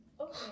Okay